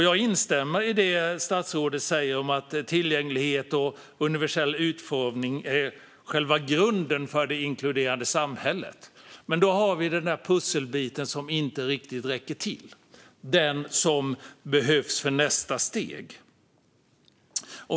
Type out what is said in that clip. Jag instämmer i det statsrådet säger om att tillgänglighet och universell utformning är själva grunden för det inkluderande samhället. Men då har vi den där pusselbiten som inte riktigt räcker till - den som behövs för nästa steg.